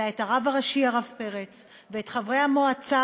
אלא את הרב הראשי הרב פרץ ואת חברי המועצה